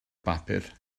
bapur